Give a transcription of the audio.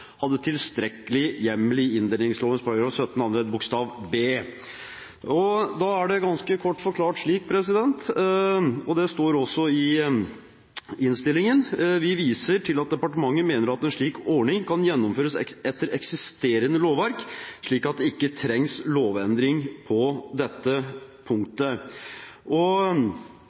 hadde tilstrekkeleg heimel i inndelingslova § 17 andre ledd bokstav b.» Da er det ganske kort forklart slik, som det også står i innstillingen, at vi «viser til at departementet mener en slik ordning kan gjennomføres etter eksisterende lovverk slik at det ikke trengs lovendring på dette punktet.»